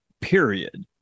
period